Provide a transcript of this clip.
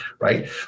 right